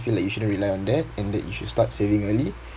feel like you shouldn't rely on that and that you should start saving early